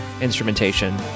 instrumentation